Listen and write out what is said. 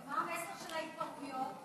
מה המסר של ההתפרעויות?